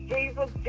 Jesus